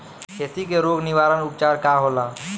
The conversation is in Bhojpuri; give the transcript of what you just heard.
खेती के रोग निवारण उपचार का होला?